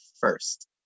first